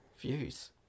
views